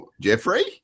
Jeffrey